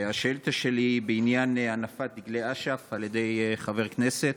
השאילתה שלי היא בעניין הנפת דגלי אש"ף על ידי חבר הכנסת.